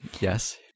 Yes